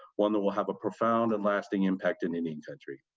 one that will have a profound and lasting impact in indian country.